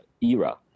era